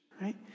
right